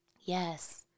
Yes